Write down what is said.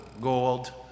gold